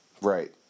Right